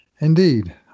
Indeed